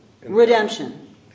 Redemption